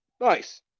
Nice